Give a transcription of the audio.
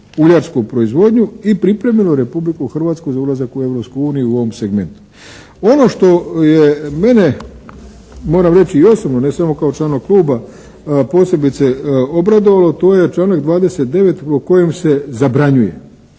uljarsku proizvodnju i pripremilo Republiku Hrvatsku za ulazak u Europsku uniji u ovom segmentu. Ono što je mene moram reći i osobno ne samo kao člana kluba posebice obradovalo to je članak 29. u kojem se zabranjuje